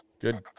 Good